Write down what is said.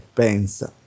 pensa